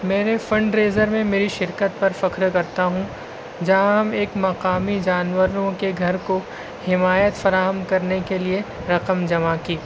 میرے fundraiser میں میری شرکت پر فخر کرتا ہوں جہاں ہم ایک مقامی جانوروں کے گھر کو حمایت فراہم کرنے کے لیے رقم جمع کی